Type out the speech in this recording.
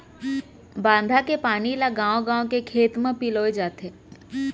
बांधा के पानी ल गाँव गाँव के खेत म पलोए जाथे